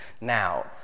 Now